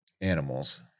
animals